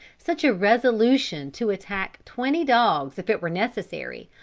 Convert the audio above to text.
such a resolution to attack twenty dogs if it were necessary,